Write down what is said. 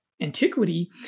antiquity